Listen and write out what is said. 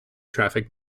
traffic